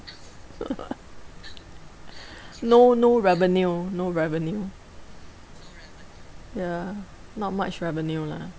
no no revenue no revenue ya not much revenue lah